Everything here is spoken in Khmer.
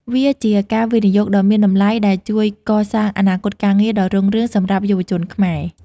វាជាការវិនិយោគដ៏មានតម្លៃដែលជួយកសាងអនាគតការងារដ៏រុងរឿងសម្រាប់យុវជនខ្មែរ។